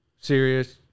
serious